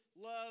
love